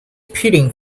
peeling